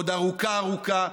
עוד ארוכה ארוכה,